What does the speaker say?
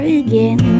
again